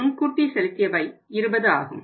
முன்கூட்டி செலுத்தியவை 20 ஆகும்